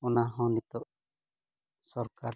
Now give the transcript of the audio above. ᱚᱱᱟ ᱦᱚᱸ ᱱᱤᱛᱳᱜ ᱥᱚᱨᱠᱟᱨ